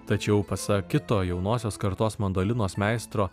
tačiau pasak kito jaunosios kartos mandolinos meistro